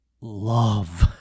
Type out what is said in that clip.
love